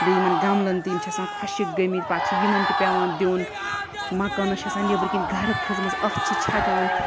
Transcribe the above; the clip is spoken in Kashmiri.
بیٚیہِ یِمَن گَملَن تہِ یِم چھِ آسان خۄشِک گٔمِتۍ پَتہٕ چھِ یِمَن تہِ پٮ۪وان دیُن مَکانَس چھِ آسان نیٚبرٕۍ کِنۍ گَرد کھٔژمٕژ اَتھ چھِ چھَکان